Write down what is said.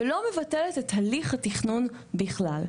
ולא מבטל את הליך התכנון בכלל.